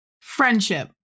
Friendship